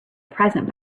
present